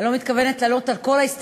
אני לא מתכוונת לענות על כל ההסתייגויות,